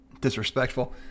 Disrespectful